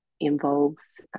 involves